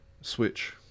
Switch